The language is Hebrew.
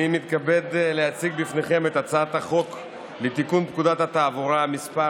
אני מתכבד להציג בפניכם את הצעת החוק לתיקון פקודת התעבורה (מס'